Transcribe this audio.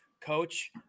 coach